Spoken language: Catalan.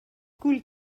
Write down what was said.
cul